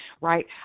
right